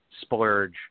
splurge